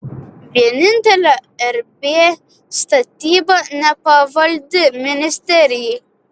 vienintelė rb statyba nepavaldi ministerijai